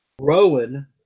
Rowan